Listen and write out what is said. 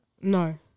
No